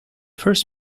first